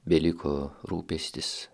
beliko rūpestis